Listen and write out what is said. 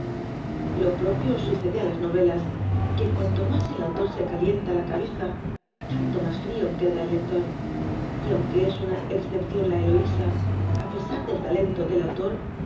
lo propio sucede á las novelas que cuanto mas el autor se calienta la cabeza tanto mas frió queda el lector y aunque es una excepción la éloisa á pesar del talento del autor